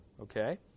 Okay